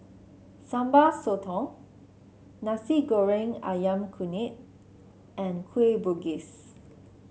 Sambal Sotong Nasi Goreng ayam Kunyit and Kueh Bugis